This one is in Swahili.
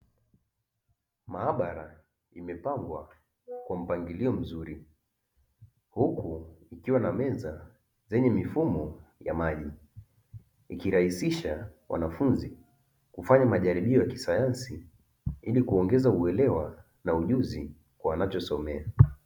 Maabara imepangwa kwa mpangilio mzuri huku, ikiwa na meza zenye mifumo ya maji, ikirahisisha wanafunzi kufanya majaribio ya kisayansi, ili kuongeza uelewa na ujuzi wanachosomea.